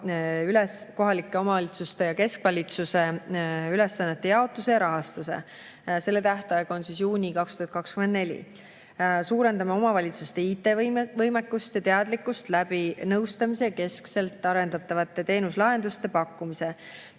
üle kohalike omavalitsuste ja keskvalitsuse ülesannete jaotuse ja rahastuse. Selle tähtaeg on juuni 2024. Suurendame omavalitsuste IT-võimekust ja teadlikkust läbi nõustamise ning keskselt arendatavate teenuslahenduste pakkumise.